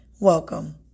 welcome